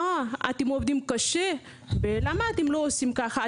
אה, אתם עובדים קשה, למה אתם לא עושים ככה?